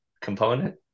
component